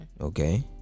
Okay